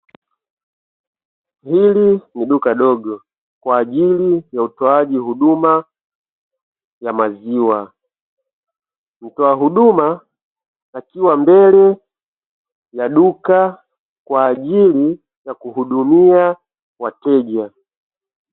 Hili ni duka dogo kwa ajili ya utoaji huduma ya maziwa, mtoa huduma akiwa mbele ya duka kwa ajili ya kuhudumia wateja.